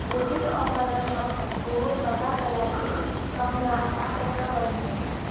भोलि अपराह्न हक्को सभाका लागि सम्झाउन पक्का गर्नुहोस्